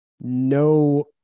no